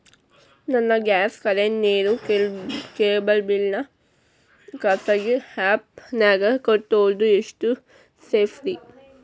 ನನ್ನ gas current, ನೇರು, cable ನ ಬಿಲ್ ಖಾಸಗಿ ಆ್ಯಪ್ ನ್ಯಾಗ್ ಕಟ್ಟೋದು ಎಷ್ಟು ಸೇಫ್ರಿ?